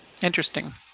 Interesting